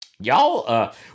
Y'all